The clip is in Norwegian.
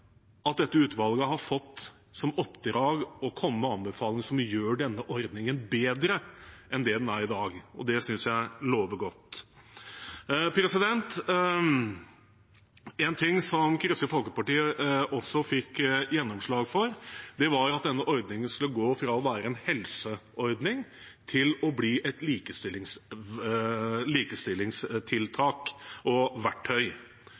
at dette utvalget har fått som oppdrag å komme med anbefalinger som gjør denne ordningen bedre enn den er i dag, og det syns jeg lover godt. En ting Kristelig Folkeparti også fikk gjennomslag for, var at denne ordningen skulle gå fra å være en helseordning til å bli et likestillingstiltak og